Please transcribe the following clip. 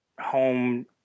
home